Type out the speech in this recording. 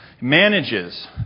Manages